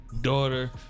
Daughter